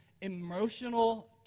emotional